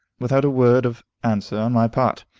without a word of answer on my part.